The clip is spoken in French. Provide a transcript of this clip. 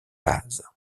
base